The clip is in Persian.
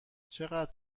چقدر